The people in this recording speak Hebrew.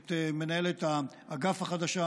את מנהלת האגף החדשה,